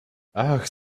ach